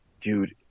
dude